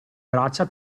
braccia